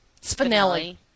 Spinelli